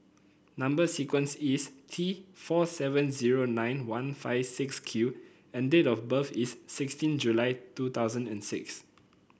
number sequence is T four seven zero nine one five six Q and date of birth is sixteen July two thousand and six